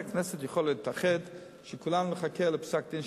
היתה הזנחה במשרד הבריאות,